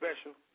special